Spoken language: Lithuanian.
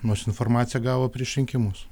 nors informaciją gavo prieš rinkimus